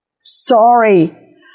sorry